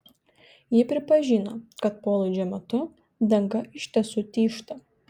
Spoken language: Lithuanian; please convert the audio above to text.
ji pripažino kad polaidžio metu danga iš tiesų tyžta